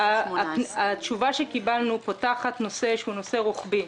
התשובה שקיבלנו פותחת נושא שהוא נושא רוחבי.